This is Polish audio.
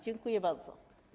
Dziękuję bardzo.